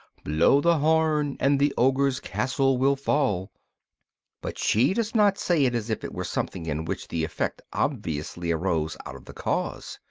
blow the horn, and the ogre's castle will fall but she does not say it as if it were something in which the effect obviously arose out of the cause.